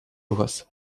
вас